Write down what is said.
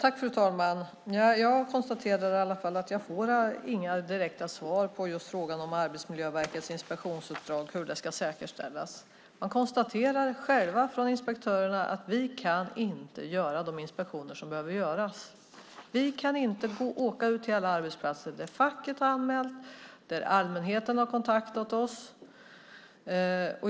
Fru talman! Jag konstaterar i alla fall att jag inte får några direkta svar på frågan hur Arbetsmiljöverkets inspektionsuppdrag ska säkerställas. Inspektörerna konstaterar själva: Vi kan inte göra de inspektioner som behöver göras. Vi kan inte åka ut till alla arbetsplatser där facket har anmält och där allmänheten har kontaktat oss.